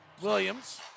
Williams